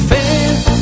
Faith